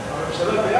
אדוני,